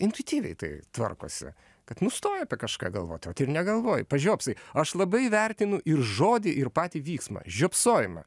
intuityviai tai tvarkosi kad nustoji apie kažką galvot ir negalvoji pažiopsai aš labai vertinu ir žodį ir patį vyksmą žiopsojimą